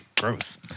gross